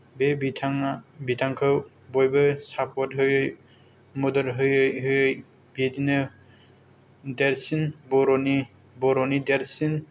बे बिथाङा बिथांखौ बयबो सापर्त होयो मदद होयै होयै बिदिनो देरसिन बर'नि बर'नि देरसिन